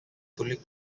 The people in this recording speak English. fully